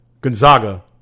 Gonzaga